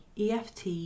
EFT